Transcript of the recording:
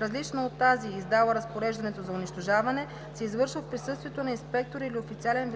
различна от тази, издала разпореждането за унищожаване, се извършва в присъствието на инспектор или официален